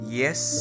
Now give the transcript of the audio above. yes